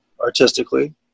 artistically